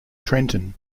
trenton